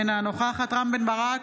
אינה נוכחת רם בן ברק,